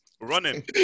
Running